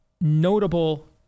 notable